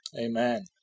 Amen